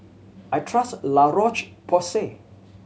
I trust La Roche Porsay